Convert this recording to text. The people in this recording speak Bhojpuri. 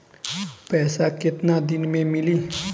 पैसा केतना दिन में मिली?